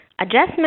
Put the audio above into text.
Adjustment